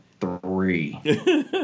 three